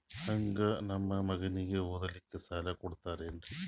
ಹಂಗ ನಮ್ಮ ಮಗನಿಗೆ ಓದಲಿಕ್ಕೆ ಸಾಲ ಕೊಡ್ತಿರೇನ್ರಿ?